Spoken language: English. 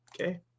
Okay